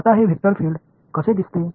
आता हे vector field कसे दिसते